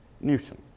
Newton